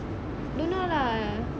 don't know lah